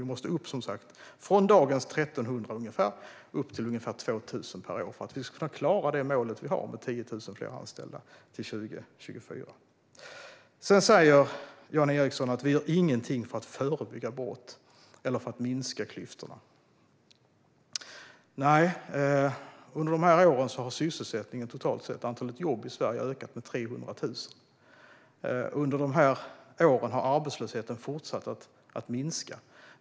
Vi måste som sagt upp från dagens ungefär 1 300 till ungefär 2 000 per år för att vi ska kunna klara det mål vi har om 10 000 fler anställda till 2024. Jan Ericson säger att vi inte gör någonting för att förebygga brott eller för att minska klyftorna. Under de här åren har sysselsättningen totalt sett ökat. Antalet jobb i Sverige har ökat med 300 000. Under de här åren har arbetslösheten fortsatt att minska.